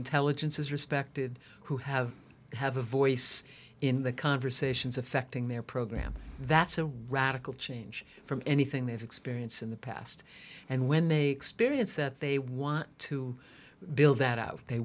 intelligence is respected who have have a voice in the conversations affecting their program that's a radical change from anything they've experienced in the past and when they experience that they want to build that out they